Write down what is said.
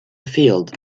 field